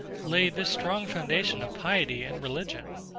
lay this strong foundation of piety and religion.